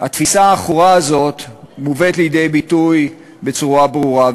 התפיסה העכורה הזאת מובאת לידי ביטוי בצורה ברורה.